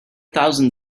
thousand